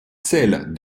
sels